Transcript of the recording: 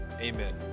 Amen